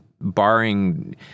barring